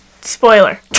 Spoiler